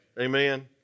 Amen